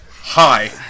hi